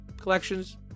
collections